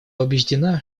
убеждена